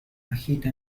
agita